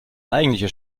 eigentliche